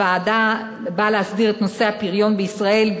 הוועדה באה להסדיר את נושא הפריון בישראל,